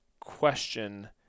question